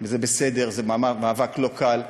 וזה בסדר, זה מאבק לא קל.